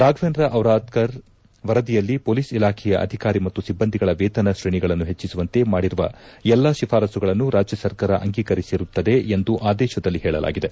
ರಾಘವೇಂದ್ರ ದಿರಾದ್ಧರ್ ವರದಿಯಲ್ಲಿ ಪೊಲೀಸ್ ಇಲಾಖೆಯ ಅಧಿಕಾರಿ ಮತ್ತು ಸಿಬ್ಬಂದಿಗಳ ವೇತನ ಶ್ರೇಣಿಗಳನ್ನು ಹೆಚ್ಚಿಸುವಂತೆ ಮಾಡಿರುವ ಎಲ್ಲಾ ಶಿಫಾರಸುಗಳನ್ನು ರಾಜ್ಯ ಸರ್ಕಾರ ಅಂಗೀಕರಿಸಿರುತ್ತದೆ ಎಂದು ಆದೇಶದಲ್ಲಿ ಹೇಳಲಾಗಿದೆ